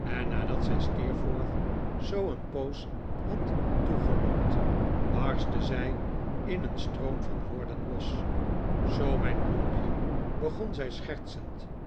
en nadat zij steerforth zoo een poos had toegelonkt barstte zij in een stroom van woorden los zoo mijn bloempje begon zij schertsend